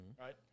right